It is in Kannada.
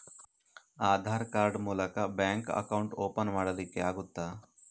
ಆಧಾರ್ ಕಾರ್ಡ್ ಮೂಲಕ ಬ್ಯಾಂಕ್ ಅಕೌಂಟ್ ಓಪನ್ ಮಾಡಲಿಕ್ಕೆ ಆಗುತಾ?